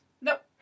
Nope